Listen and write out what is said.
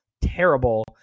terrible